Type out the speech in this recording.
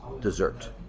dessert